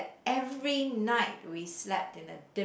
every night we slept in a